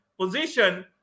position